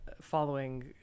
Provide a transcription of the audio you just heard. following